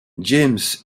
james